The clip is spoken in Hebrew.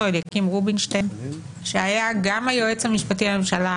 אליקים רובינשטיין שהיה גם היועץ המשפטי לממשלה,